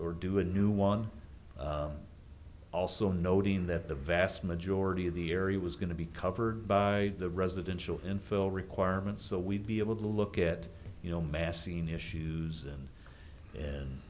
or do a new one also noting that the vast majority of the area was going to be covered by the residential infill requirements so we'd be able to look at you know mass scene issues and